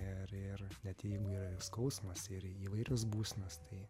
ir ir net jeigu yra ir skausmas ir įvairios būsenos tai